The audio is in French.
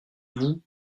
vous